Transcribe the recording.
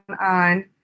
on